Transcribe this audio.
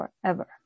forever